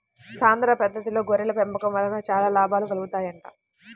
సాంద్ర పద్దతిలో గొర్రెల పెంపకం వలన చాలా లాభాలు కలుగుతాయంట